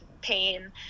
pain